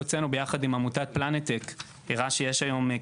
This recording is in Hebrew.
יום אחד יהיה נזק בגרירת המכמורות על קרקעית הים.